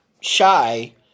shy